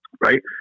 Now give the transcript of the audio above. Right